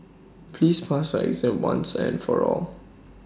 please pass our exam once and for all